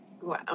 Wow